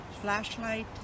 flashlight